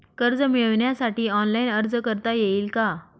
कर्ज मिळविण्यासाठी ऑनलाइन अर्ज करता येईल का?